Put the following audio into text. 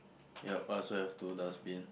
yup I also have two dustbin